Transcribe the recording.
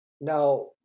Now